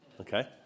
okay